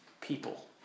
people